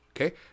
Okay